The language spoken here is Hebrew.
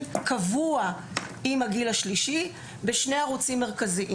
קבוע בשני ערוצים מרכזיים עם הגיל השלישי.